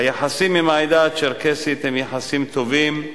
היחסים עם העדה הצ'רקסית הם יחסים טובים,